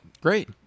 Great